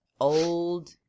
old